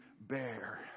bear